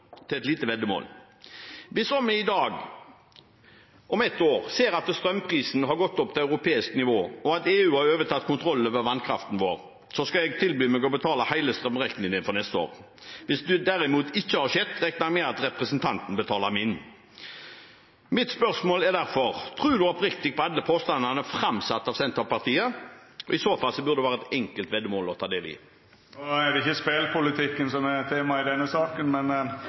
et lite veddemål: Hvis vi om et år ser at strømprisen har gått opp til europeisk nivå, og at EU har overtatt kontrollen over vannkraften, skal jeg tilby meg å betale hele strømregningen for neste år. Dersom det derimot ikke har skjedd, regner jeg med at representanten betaler min. Mitt spørsmål er derfor: Tror representanten Myhrvold oppriktig på alle påstandene framsatt av Senterpartiet? I så fall burde det være et enkelt veddemål å ta del i. No er det ikkje spelpolitikken som er tema i denne saka. Jeg vet ikke om presidenten tillater gambling i denne salen. Men